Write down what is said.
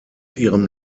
ihrem